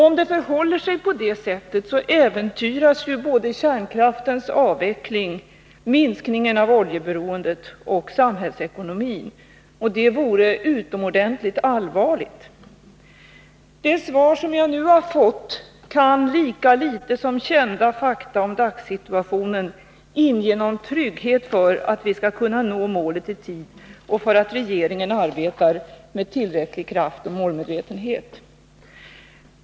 Om det förhåller sig på det sättet äventyras både kärnkraftens avveckling, minskningen av oljeberoendet och samhällsekonomin, och det vore utomordentligt allvarligt. Det svar som jag nu har fått kan lika litet som kända fakta om dagssituationen inge någon trygghet för att vi skall kunna nå målet i tid och för att regeringen arbetar med tillräcklig kraft och målmedvetenhet.